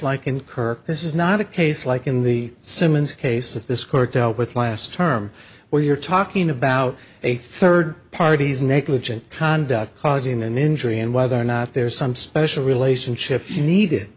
in kirk this is not a case like in the simmons case that this court dealt with last term where you're talking about a third party's negligent conduct causing an injury and whether or not there's some special relationship you needed